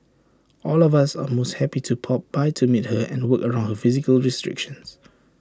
all of us are most happy to pop by to meet her and work around her physical restrictions